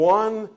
one